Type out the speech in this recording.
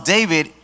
David